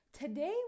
Today